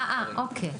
אה, אוקי.